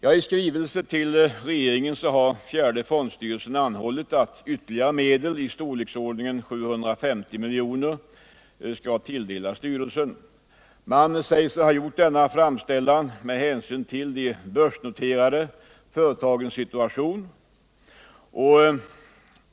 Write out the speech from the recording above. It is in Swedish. I skrivelse till regeringen har fjärde AP-fondsstyrelsen anhållit att ytterligare medel i storleksordningen 750 milj.kr. skall tillföras styrelsens förvaltning. Man säger sig ha gjort denna framställning med hänsyn till de börsnoterade företagens situation.